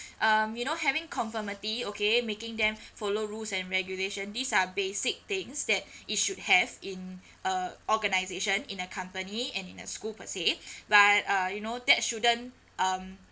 um you know having conformity okay making them follow rules and regulation these are basic things that it should have in uh organisation in a company and in a school per se but uh you know that shouldn't um